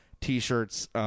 T-shirts